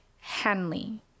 Hanley